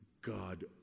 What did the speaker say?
God